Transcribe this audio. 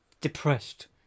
depressed